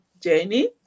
Jenny